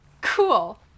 Cool